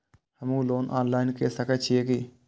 हमू loan online के सके छीये की?